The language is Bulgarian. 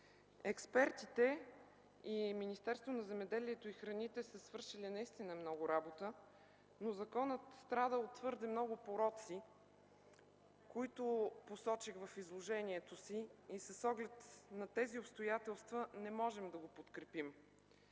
и храните са свършили много работа, но законът страда от твърде много пороци, които посочих в изложението си, и с оглед на тези обстоятелства не можем да го подкрепим.